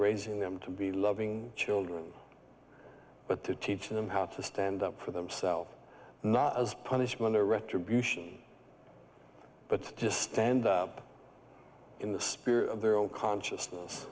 raising them to be loving children but to teach them how to stand up for themselves not as punishment or retribution but to just stand up in the spirit of their own consciousness